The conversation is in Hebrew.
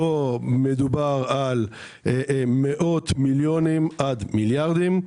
כשפה מדובר על מאות מיליונים עד מיליארדים.